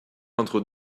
entre